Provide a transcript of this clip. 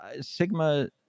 sigma